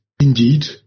indeed